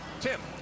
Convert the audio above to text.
Tim